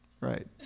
Right